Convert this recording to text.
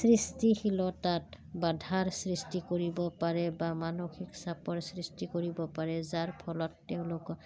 সৃষ্টিশীলতাত বাধাৰ সৃষ্টি কৰিব পাৰে বা মানসিক চাপৰ সৃষ্টি কৰিব পাৰে যাৰ ফলত তেওঁলোকক